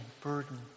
burden